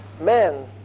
men